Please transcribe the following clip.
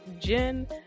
Jen